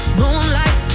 moonlight